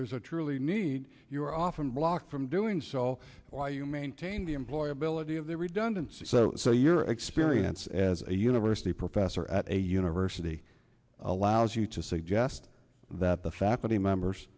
there is a truly need you are often blocked from doing so while you maintain the employability of the redundancy so so your experience as a university professor at a university allows you to suggest that the faculty members